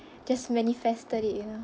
just manifested it you know